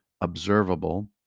observable